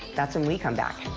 that's when we come back.